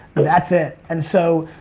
that's it. and so,